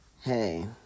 hey